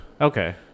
Okay